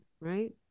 right